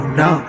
no